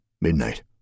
Midnight